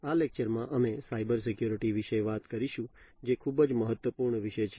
આ લેક્ચરમાં અમે સાયબરસિક્યુરિટી વિશે વાત કરીશું જે ખૂબ જ મહત્વપૂર્ણ વિષય છે